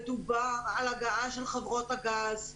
מדובר על הגעה של חברות הגז,